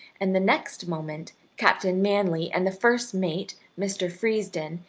and the next moment captain manly and the first mate, mr. freesden,